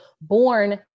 born